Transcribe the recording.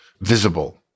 visible